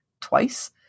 twice